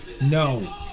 No